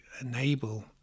enable